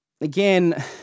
Again